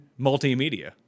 multimedia